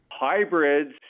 Hybrids